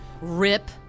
rip